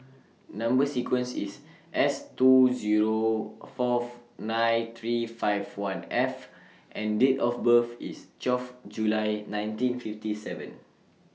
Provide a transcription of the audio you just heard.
Number sequence IS S two Zero Fourth nine three five one F and Date of birth IS twelve July nineteen fifty seven